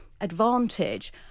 advantage